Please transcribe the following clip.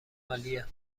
عالیه